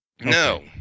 No